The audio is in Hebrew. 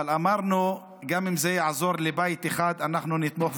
אבל אמרנו: גם אם זה יעזור לבית אחד אנחנו נתמוך,